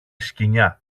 σκοινιά